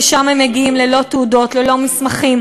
לשם הם מגיעים ללא תעודות, ללא מסמכים.